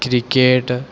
cricket